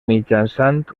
mitjançant